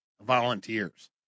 volunteers